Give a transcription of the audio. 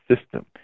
system